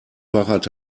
fahrrad